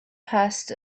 passed